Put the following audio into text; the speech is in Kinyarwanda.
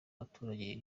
abaturage